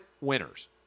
winners